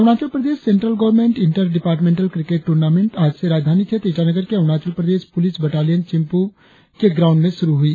Arunachal Pradesh central government inter departmental cricket tournament आज से राजधानी क्षेत्र ईटानगर के अरुणाचल प्रदेश पुलिस बटालियन चिंपू के ग्राऊंड में शुरु हुई